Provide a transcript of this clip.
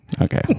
Okay